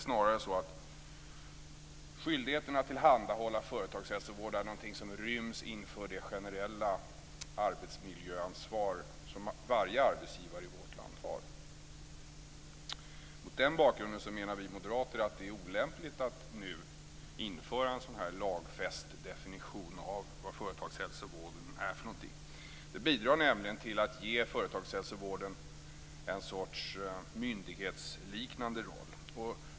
Snarare är skyldigheten att tillhandahålla företagshälsovård något som ryms inom det generella arbetsmiljöansvar som varje arbetsgivare i vårt land har. Mot den bakgrunden menar vi moderater att det är olämpligt att nu införa en sådan här lagfäst definition av vad företagshälsovård är. Det bidrar nämligen till att ge företagshälsovården en sorts myndighetsliknande roll.